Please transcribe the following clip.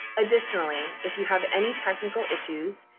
additionally, if you have any technical issues.